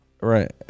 Right